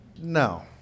no